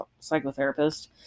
psychotherapist